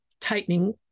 tightening